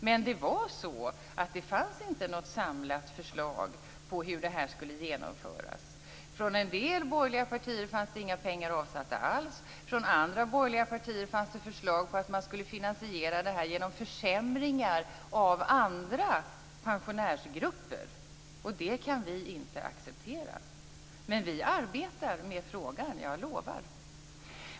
Men det var så att det inte fanns något samlat förslag på hur det skulle genomföras. En del borgerliga partier hade inte avsatt några pengar alls, andra borgerliga partier hade förslag på att man skulle finansiera detta genom försämringar för andra pensionärsgrupper. Det kan vi inte acceptera. Men vi arbetar med frågan, jag lovar.